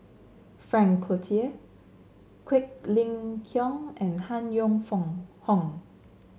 Frank Cloutier Quek Ling Kiong and Han Yong Hong